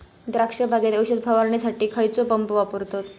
द्राक्ष बागेत औषध फवारणीसाठी खैयचो पंप वापरतत?